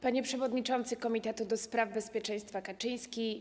Panie Przewodniczący Komitetu ds. Bezpieczeństwa Kaczyński!